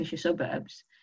suburbs